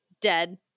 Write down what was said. dead